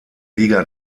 liga